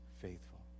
faithful